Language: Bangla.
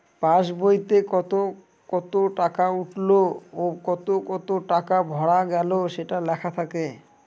পাস বইতে কত কত টাকা উঠলো ও কত কত টাকা ভরা গেলো সেটা লেখা থাকে